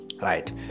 right